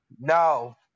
No